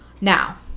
Now